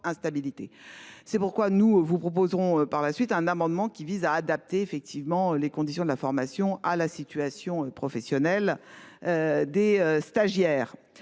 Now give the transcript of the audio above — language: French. C'est pourquoi nous vous proposerons par la suite un amendement qui vise à adapter effectivement les conditions de la formation à la situation professionnelle. Des stagiaires